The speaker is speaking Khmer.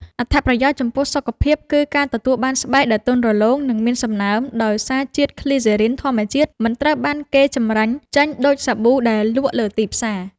អត្ថប្រយោជន៍ចំពោះសុខភាពគឺការទទួលបានស្បែកដែលទន់រលោង និងមានសំណើម ដោយសារជាតិគ្លីសេរីនធម្មជាតិមិនត្រូវបានគេចម្រាញ់ចេញដូចសាប៊ូដែលលក់លើទីផ្សារ។